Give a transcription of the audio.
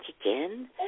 again